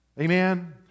Amen